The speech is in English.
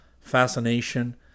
fascination